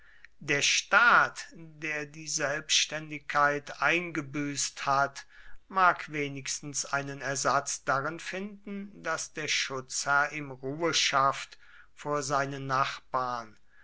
der staat der die selbständigkeit eingebüßt hat mag wenigstens einen ersatz darin finden daß der schutzherr ihm ruhe schafft vor seinen nachbarn